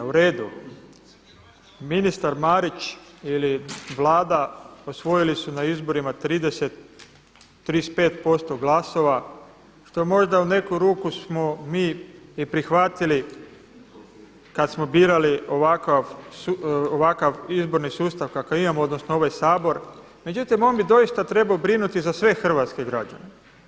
Uredu, ministar Marić ili Vlada osvojili su na izborima 35% glasova što možda u neku ruku smo mi i prihvatili kada smo birali ovakav izborni sustav kakav imamo odnosno ovaj Sabor, međutim on bi doista trebao brinuti za sve hrvatske građane.